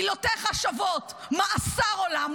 מילותיך שוות מאסר עולם,